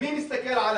מי מסתכל עליו?